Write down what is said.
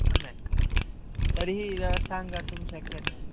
सम्यक् तर्हि व्यवस्था कर्तुं शक्यते